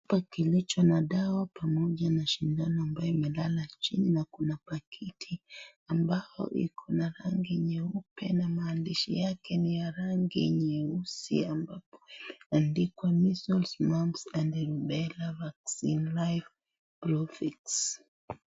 Chupa kilicho na dawa pamoja na shindano ambayo imelala chini ma kuna pakiti ambayo iko na rangi nyeupe na maandiahi yake ni ya rangi nyeusi ambapo imeandikwa Measles, Mumps, and Rubella vaccine live proteins